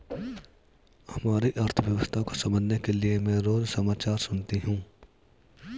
हमारी अर्थव्यवस्था को समझने के लिए मैं रोज समाचार सुनती हूँ